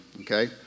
okay